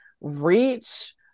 reach